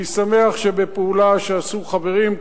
אני שמח שבפעולה שעשו חברים,